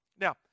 Now